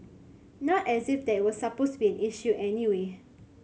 not as if that was supposed be an issue anyway